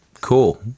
cool